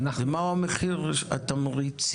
איך הזוכים יהיו בינואר?